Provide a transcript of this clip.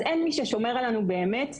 אז אין מי ששומר עלינו באמת.